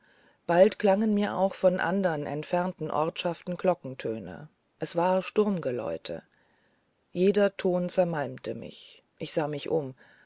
bald klangen mir auch von andern entfernten ortschaften glockentöne es war sturmgeläute jeder ton zermalmte mich ich sah mich um